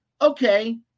okay